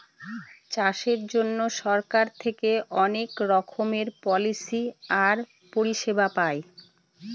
চাষের জন্য সরকার থেকে অনেক রকমের পলিসি আর পরিষেবা পায়